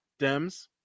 Dems